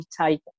take